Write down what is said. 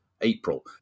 April